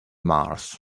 mars